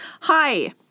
Hi